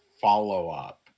follow-up